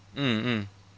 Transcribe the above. mm mm